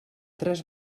tres